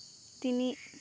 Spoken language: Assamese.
তিনি